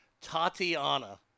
Tatiana